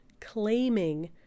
claiming